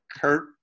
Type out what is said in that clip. Kurt